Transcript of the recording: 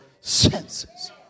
senses